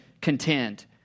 contend